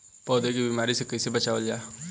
पौधा के बीमारी से कइसे बचावल जा?